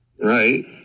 right